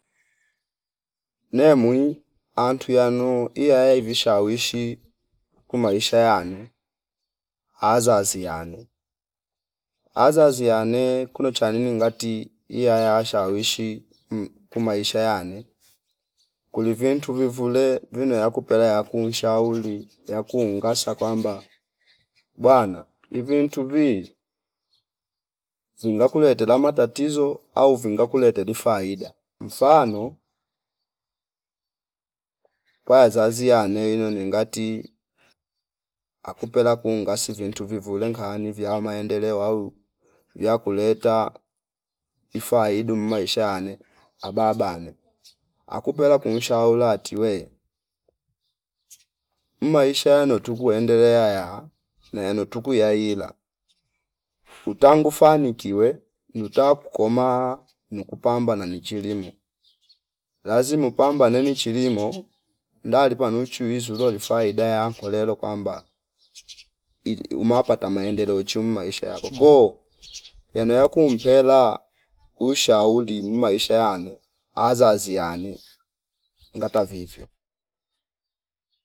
Nemwi antu yano iyaye vishawishi kumaisha yane azazi yane azzi yane kulo hcanini ngati iyaya shawishi mm kumaisha yane kuliv ntivi vule vino ya kupela yaku nshauri yakuungasa kwamba bwana ivintu vi vinga kule tela matatizo au vinga kulete di faida mfano kwaya zazi yane ino ni ngati akupela kungasi vintu vivu lenga vya maendeleo au vya kuleta ifaidu mmaisha ane ababane akupela kumu shaula atiwe mmaisha ano tukuendelea ya nayano tuku yaila utangu fanikiwe nuta kukoma nuku pamba nani chilimo lazima upamba neni chilimo nda lipa nu chiwizu lo lifaida ya nkolelo kwamba ii- iuma pata maendelo chu maishi yako ko, yano ya kumpela ushauri mmaisha yane azazi yane ngata vivyo